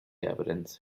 evidence